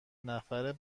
نفر